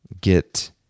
get